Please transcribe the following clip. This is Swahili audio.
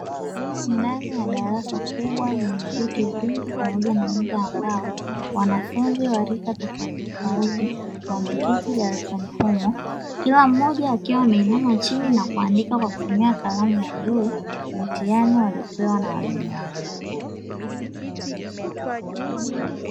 Ndani ya darasa kubwa lenye viti vingi pamoja na meza za mbao, wanafunzi wa rika tofautitofauti wameketi darasani humo, kila mmoja akiwa ameinama chini na kuandika kwa kutumia kalamu ya bluu, mtihani waliopewa na walimu wao.